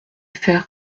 faire